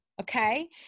Okay